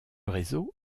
réseau